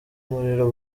umuriro